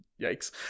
Yikes